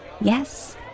Yes